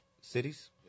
cities